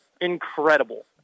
incredible